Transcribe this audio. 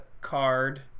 card